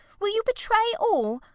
will you betray all?